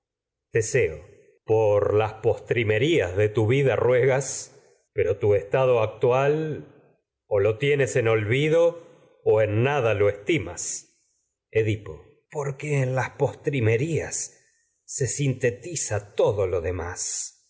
teseo por tu las postrimerías de tu vida o ruegas pero o en estado actual lo tienes en olvido nada lo estimas edipo porque lo demás en las postrimerías se sintetiza todo